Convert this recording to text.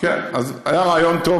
היה רעיון טוב.